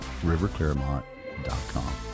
riverclaremont.com